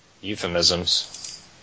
euphemisms